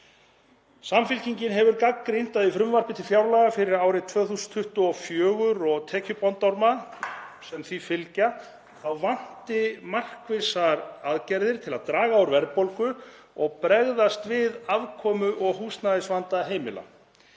Samfylkingin hefur gagnrýnt að í frumvarpi til fjárlaga fyrir árið 2024 og tekjubandormum sem því fylgja vanti markvissar aðgerðir til að draga úr verðbólgu og bregðast við afkomu- og húsnæðisvanda heimila.